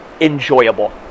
Enjoyable